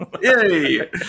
Yay